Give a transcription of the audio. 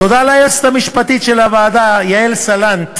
תודה ליועצת המשפטית של הוועדה יעל סלנט,